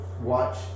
watch